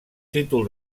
títol